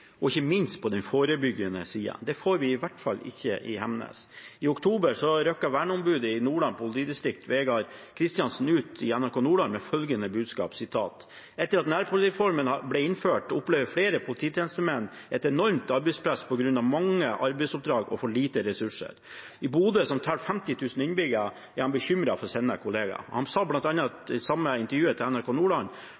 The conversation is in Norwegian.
ikke minst på den forebyggende siden. Det får vi i hvert fall ikke i Hemnes. I oktober rykket verneombudet i Nordland politidistrikt, Vegard Kristiansen, ut i NRK Nordland med følgende budskap: «Etter at nærpolitireformen ble innført opplever flere polititjenestemenn et enormt arbeidspress på grunn av mange arbeidsoppdrag og for lite ressurser.» I Bodø, som teller 50 000 innbyggere, er han bekymret for sine kolleger. I intervjuet med NRK Nordland sier han